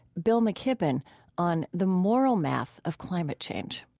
bill mckibben on the moral math of climate change.